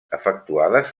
efectuades